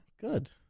good